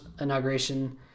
inauguration